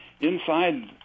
inside